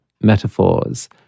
metaphors